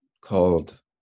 called